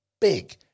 big